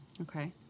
okay